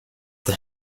the